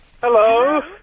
Hello